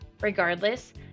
Regardless